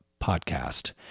podcast